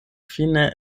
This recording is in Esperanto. fine